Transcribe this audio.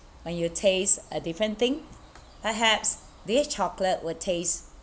when you taste a different thing perhaps this chocolate would taste